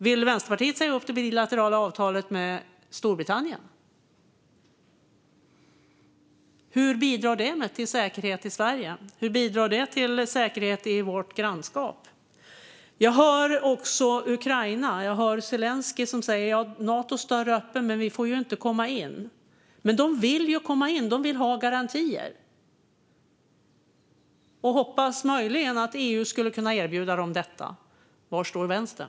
Vill Vänsterpartiet säga upp det bilaterala avtalet med Storbritannien? Hur bidrar det till säkerhet i Sverige och i vårt grannskap? Jag hör också Ukraina. Zelenskyj säger: Natos dörr är öppen, men vi får ju inte komma in. Men de vill komma in, och de vill ha garantier. De hoppas att EU möjligen kan erbjuda dem detta. Var står Vänstern?